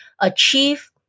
achieve